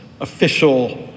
official